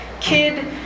kid